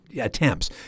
attempts